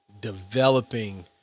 developing